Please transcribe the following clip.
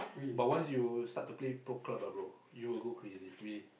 but once you start to play Pro Club ah bro you will go crazy really